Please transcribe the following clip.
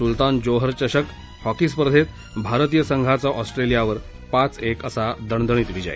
सुलतान Johor चषक hockey स्पर्धेत भारतीय संघाचाऑस्ट्रेलियावर पाच एक असा दणदणीत विजय